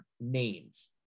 names